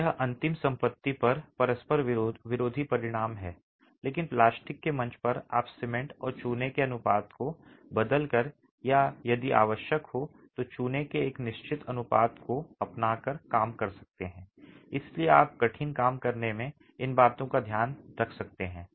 तो यह अंतिम संपत्ति पर परस्पर विरोधी परिणाम है लेकिन प्लास्टिक के मंच पर आप सीमेंट और चूने के अनुपात को बदलकर या यदि आवश्यक हो तो चूने के एक निश्चित अनुपात को अपनाकर काम कर सकते हैं इसलिए आप कठिन काम करने में इन बातों को ध्यान में रख सकते हैं